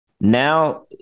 Now